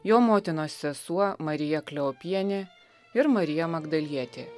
jo motinos sesuo marija kleopienė ir marija magdalietė